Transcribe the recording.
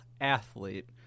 athlete